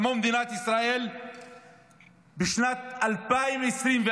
כמו מדינת ישראל בשנת 2024,